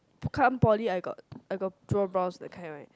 to come poly I got I got draw brows that kind right